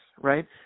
right